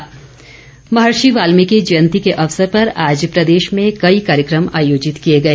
वाल्मीकि जयंती महर्षि वाल्मीकि जयंती के अवसर पर आज प्रदेश में कई कार्यक्रम आयोजित किए गए